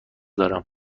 دارم